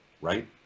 right